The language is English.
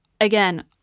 again